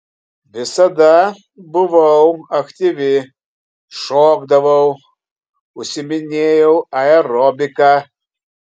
visada buvau aktyvi šokdavau užsiiminėjau aerobika